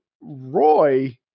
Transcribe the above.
Roy